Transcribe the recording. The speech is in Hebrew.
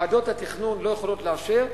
ועדות התכנון לא יכולות לאשר,